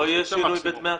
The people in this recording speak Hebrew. לא יהיה שינוי בדמי הקמה.